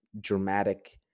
dramatic